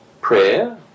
prayer